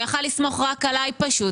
הוא יכול היה לסמוך רק עליי פשוט,